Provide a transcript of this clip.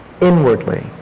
inwardly